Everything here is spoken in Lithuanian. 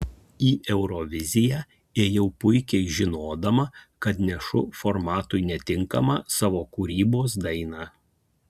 į euroviziją ėjau puikiai žinodama kad nešu formatui netinkamą savo kūrybos dainą